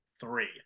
three